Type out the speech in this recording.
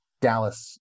Dallas